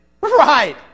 right